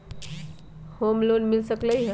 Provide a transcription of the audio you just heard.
Home loan मिल सकलइ ह?